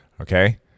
okay